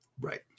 Right